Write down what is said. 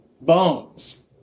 bones